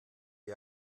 wir